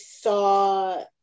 saw